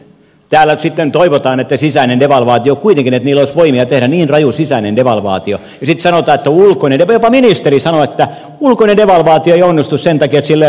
täällä sitten toivotaan kuitenkin että niillä olisi voimia tehdä niin raju sisäinen devalvaatio ja sitten sanotaan jopa ministeri sanoi että ulkoinen devalvaatio ei onnistu sen takia että sillä ei ole paljon vientiä